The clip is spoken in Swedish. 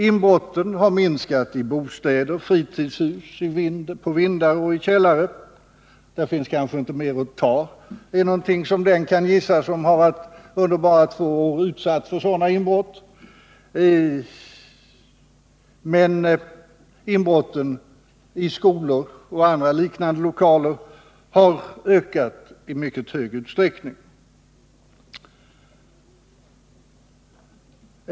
Inbrotten i bostäder, fritidshus, vindskontor och källare har minskat — där finns kanske inte mer att ta, kan den förmoda som under loppet av några få år utsatts för flera sådana inbrott — men inbrotten i skolor och i andra liknande lokaler har ökat i mycket stor utsträckning.